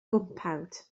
gwmpawd